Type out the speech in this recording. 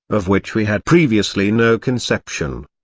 of which we had previously no conception.